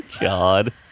God